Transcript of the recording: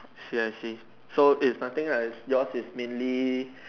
see I see so is nothing that's yours is mainly